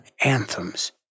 anthems